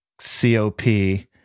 C-O-P